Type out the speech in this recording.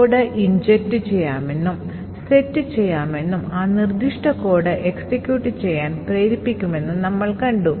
കൂടാതെ ആക്രമണകാരിക്ക് ഒരു പേലോഡും ഓവർറൈറ്റ് ചെയ്യാനും പേലോഡും എക്സിക്യൂട്ട് ചെയ്യാനും കഴിയും